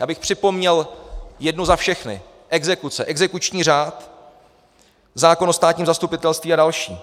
Já bych připomněl jednu za všechny exekuce, exekuční řád, zákon o státním zastupitelství a další.